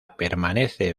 permanece